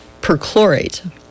perchlorate